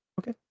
okay